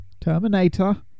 Terminator